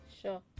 Sure